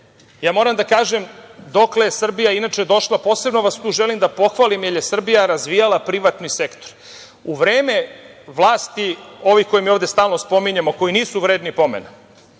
da kažem dokle je Srbija inače došla, posebno tu želim da vas pohvalim, jer je Srbija razvijala privatni sektor. U vreme vlasti, ovih koje mi ovde stalno pominjemo, koji nisu vredni pomene,